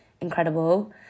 incredible